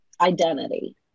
identity